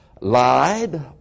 Lied